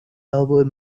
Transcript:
elbowed